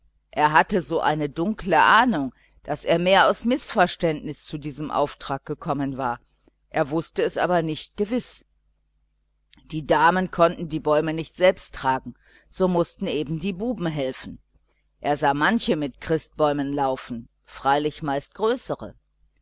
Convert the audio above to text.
er hatte so eine dunkle ahnung daß er mehr aus mißverständnis zu diesem auftrag gekommen war er wußte es aber nicht gewiß die damen konnten die bäume nicht selbst tragen so mußten eben die buben helfen er sah manche mit christbäumen laufen freilich meist größere